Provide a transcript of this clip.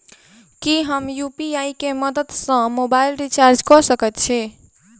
की हम यु.पी.आई केँ मदद सँ मोबाइल रीचार्ज कऽ सकैत छी?